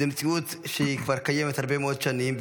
זו מציאות שקיימת כבר הרבה מאוד שנים,